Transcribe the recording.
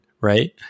right